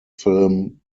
film